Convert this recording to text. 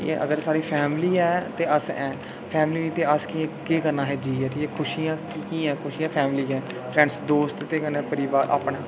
ते अगर साढ़ी फैमिली ऐ ते अस है आं फैमिली निं ते असें केह् करना जीयै ते खुशियां कीऽ ऐ फैमिली ऐ फ्रैंड दोस्त ते कन्नै परिवार अपना